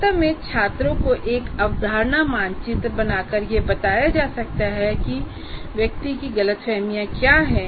वास्तव में छात्रों को एक अवधारणा मानचित्र बनाकर यह बताया जा सकता है कि व्यक्ति की गलतफहमियां क्या हैं